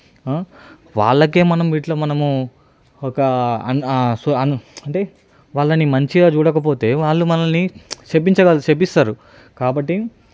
వాళ్లకే మనం ఇట్లా మనము ఒక అం అంటే వాళ్ళని మంచిగా చూడకపోతే వాళ్ళు మనల్ని శపించగలరు శపిస్తారు కాబట్టి